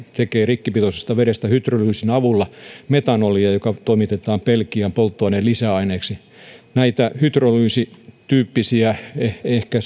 tekee rikkipitoisesta vedestä hydrolyysin avulla metanolia joka toimitetaan belgiaan polttoaineen lisäaineeksi näen että nämä hydrolyysityyppiset ehkä